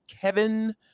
kevin